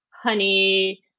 honey